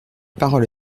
parole